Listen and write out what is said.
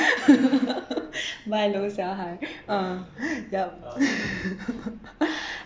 but I don't sell high ya